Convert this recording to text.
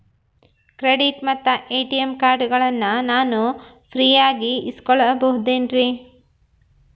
Credit ಮತ್ತ ATM ಕಾರ್ಡಗಳನ್ನ ನಾನು ಫ್ರೇಯಾಗಿ ಇಸಿದುಕೊಳ್ಳಬಹುದೇನ್ರಿ?